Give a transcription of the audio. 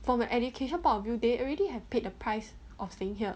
from the education point of view they already have paid the price of staying here